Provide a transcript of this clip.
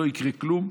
לא יקרה כלום,